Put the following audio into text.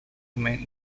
remain